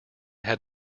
had